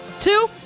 Two